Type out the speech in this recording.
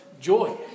joy